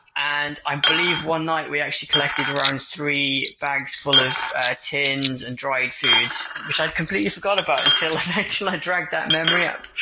and i believe one night we actually collected around three bags full of tins and dried food, which i'd completely forgot about until i actually dragged that memory up.